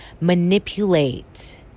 manipulate